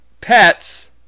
Pets